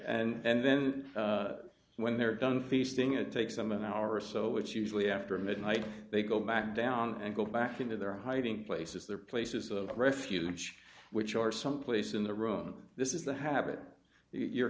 and then when they're done feasting it takes some an hour or so which usually after midnight they go back down and go back into their hiding places their places of refuge which are someplace in the room this is the habit you